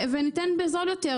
וניתן בזול יותר.